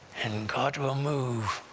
and and god will move.